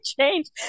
change